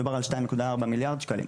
מדובר על 2.4 מיליארד שקלים.